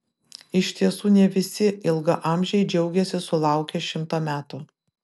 iš tiesų ne visi ilgaamžiai džiaugiasi sulaukę šimto metų